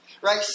Right